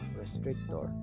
restrictor